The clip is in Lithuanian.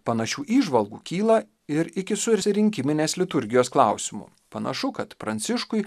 panašių įžvalgų kyla ir ikisusirinkiminės liturgijos klausimu panašu kad pranciškui